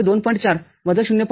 ४V NMH VOH - VIH २